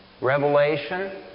Revelation